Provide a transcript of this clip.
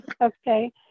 Okay